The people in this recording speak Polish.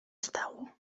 stało